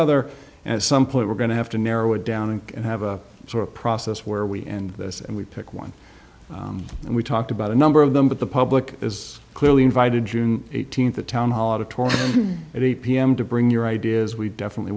and at some point we're going to have to narrow it down and have a sort of process where we end this and we pick one and we talked about a number of them but the public is clearly invited june eighteenth the town hall editorial at eight pm to bring your ideas we definitely